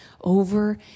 over